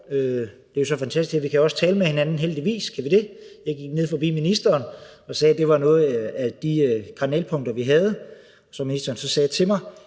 Det er jo så fantastisk, at vi også kan tale med hinanden. Heldigvis kan vi det. Jeg gik ned forbi ministeren og sagde, at det var nogle af de kardinalpunkter, vi havde, og ministeren sagde så til mig: